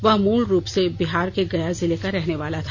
वह मूल रूप से बिहार के गया जिले का रहने वाला था